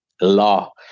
law